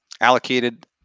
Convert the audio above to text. allocated